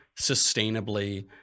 sustainably